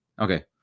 okay